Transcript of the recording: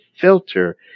filter